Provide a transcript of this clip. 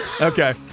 Okay